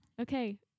Okay